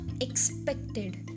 expected